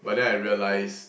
fifteen fifteen